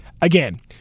again